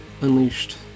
unleashed